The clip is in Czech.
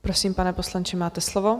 Prosím, pane poslanče, máte slovo.